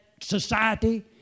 society